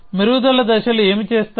మెరుగుదల దశలు ఏమి చేస్తాయి